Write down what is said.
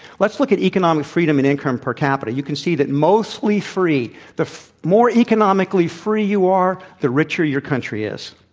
let's look at economic freedom and income per capita. you can see that mostly free the more economically free you are, the richer your country is.